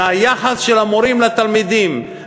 מהיחס של המורים לתלמידים,